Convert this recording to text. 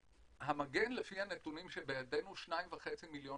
לפי הנתונים שבידינו, 2.5 מיליון